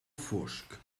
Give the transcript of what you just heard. fosc